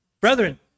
Brethren